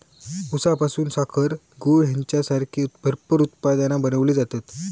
ऊसापासून साखर, गूळ हेंच्यासारखी भरपूर उत्पादना बनवली जातत